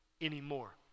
anymore